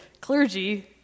clergy